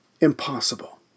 impossible